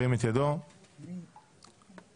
הצבעה אושר פה